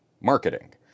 marketing